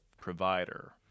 provider